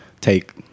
take